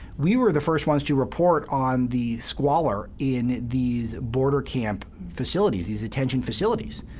we were the first ones to report on the squalor in these border camp facilities, these detention facilities.